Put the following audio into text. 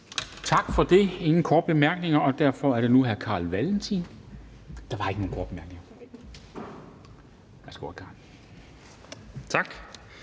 Tak for det. Ingen korte bemærkninger, og derfor er det nu hr. Carl Valentin. Værsgo. Kl. 11:27 (Ordfører) Carl